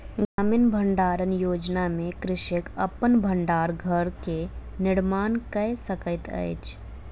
ग्रामीण भण्डारण योजना में कृषक अपन भण्डार घर के निर्माण कय सकैत अछि